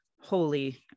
holy